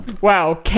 Wow